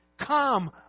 come